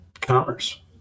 commerce